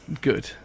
good